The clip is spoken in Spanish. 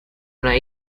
una